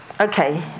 Okay